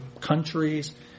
countries